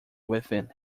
within